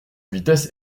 vitesse